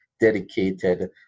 dedicated